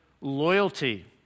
loyalty